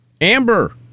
Amber